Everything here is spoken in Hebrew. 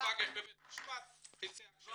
ניפגש בבית משפט, תצא עכשיו.